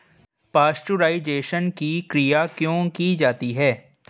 Pasteurisation की क्रिया क्यों की जाती है?